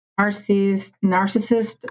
narcissist